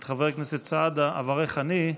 את חבר הכנסת סעדה אברך אני,